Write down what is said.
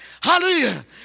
Hallelujah